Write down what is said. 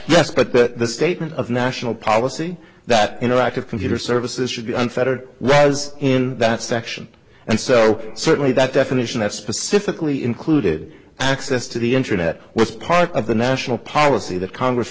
yes but the statement of national policy that interactive computer services should be unfettered as in that section and so certainly that definition of specifically included access to the internet was part of the national policy that congress